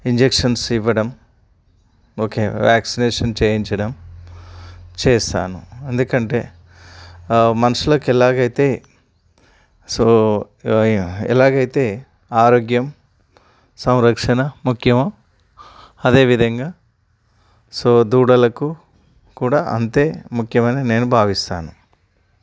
injections ఇవ్వడం okay vaccination చేయించడం చేస్తాను ఎందుకంటే మనుషులకు ఎలాగైతే సో ఎలాగైతే ఆరోగ్యం సంరక్షణ ముఖ్యమో అదేవిధంగా సో దూడలకు కూడా అంతే ముఖ్యం అని నేను భావిస్తాను